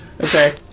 Okay